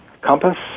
compass